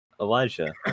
Elijah